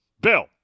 Bill